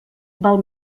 val